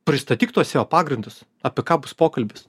pristatyk tuos seo pagrindus apie ką bus pokalbis